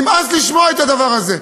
נמאס לשמוע את הדבר הזה.